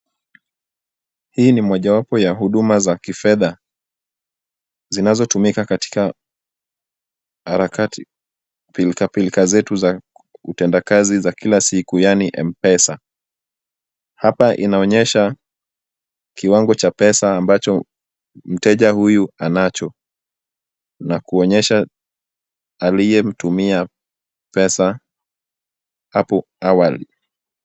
Hii ni mojawapo ya huduma za kifedha zinazotumika katika harakati pilkapilka zetu za utenda kazi wa kila siku yaani M-Pesa. Hapa inaonyesha kiwango cha pesa ambacho mteja huyu anacho na kuonyesha aliyemtumia pesa hapo awali.